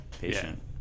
patient